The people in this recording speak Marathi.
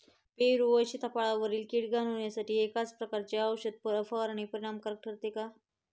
पेरू व सीताफळावरील कीड घालवण्यासाठी एकाच प्रकारची औषध फवारणी परिणामकारक ठरते का?